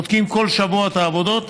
בודקים בכל שבוע את העבודות,